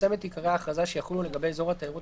תפרסם את עיקרי ההכרזה שיחולו לגבי אזור התיירות